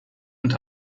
und